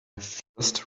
first